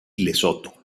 lesoto